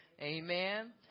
Amen